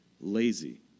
lazy